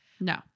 no